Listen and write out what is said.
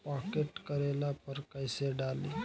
Pocket करेला पर कैसे डाली?